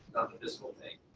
the physical thing.